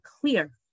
clear